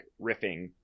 riffing